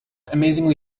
amazingly